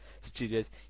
Studios